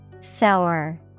Sour